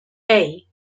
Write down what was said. hey